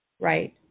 Right